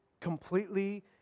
completely